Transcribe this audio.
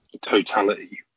totality